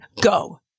Go